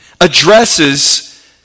addresses